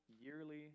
yearly